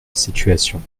situations